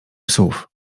psów